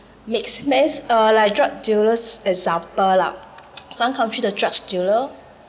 makes means uh like drug dealers example lah some country the drugs dealer